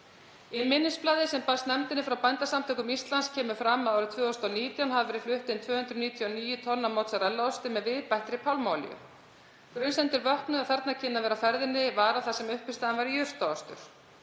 Í minnisblaði sem barst nefndinni frá Bændasamtökum Íslands kemur fram að árið 2019 hafi verið flutt inn 299 tonn af mozzarella-osti með viðbættri pálmaolíu. Grunsemdir vöknuðu um að þarna kynni að vera á ferðinni vara þar sem uppistaðan væri jurtaostur.